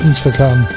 Instagram